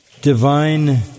divine